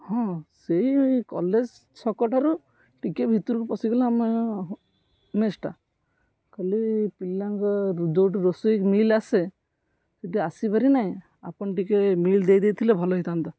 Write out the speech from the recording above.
ହଁ ସେଇ କଲେଜ ଛକଠାରୁ ଟିକେ ଭିତରକୁ ପଶିଗଲେ ଆମେ ମେସ୍ଟା ଖାଲି ପିଲାଙ୍କ ଯେଉଁଠି ରୋଷେଇ ମିଲ୍ ଆସେ ସେଠି ଆସିପାରି ନାହିଁ ଆପଣ ଟିକେ ମିଲ୍ ଦେଇ ଦେଇଥିଲେ ଭଲ ହେଇଥାନ୍ତା